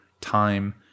time